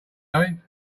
going